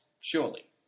Surely